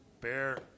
Bear